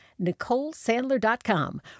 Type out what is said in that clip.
NicoleSandler.com